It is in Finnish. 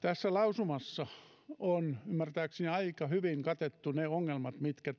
tässä lausumassa on ymmärtääkseni aika hyvin katettu ne ongelmat mitkä